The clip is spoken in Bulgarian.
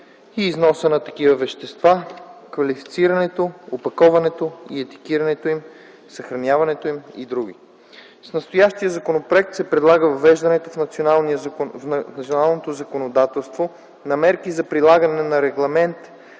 и износа на такива вещества, класифицирането, опаковането и етикетирането им, съхраняването им и др. С настоящият законопроект се предлага въвеждането в националното законодателство на мерки за прилагане на Регламент